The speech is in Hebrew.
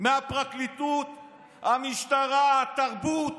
מהפרקליטות, המשטרה, התרבות,